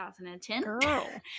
2010